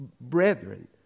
brethren